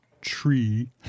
tree